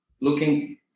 looking